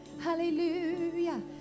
Hallelujah